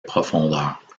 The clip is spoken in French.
profondeur